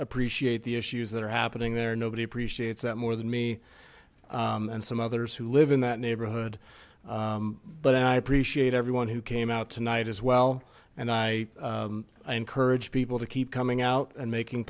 appreciate the issues that are happening there nobody appreciates that more than me and some others who live in that neighborhood but i appreciate everyone who came out tonight as well and i encourage people to keep coming out and making